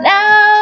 Now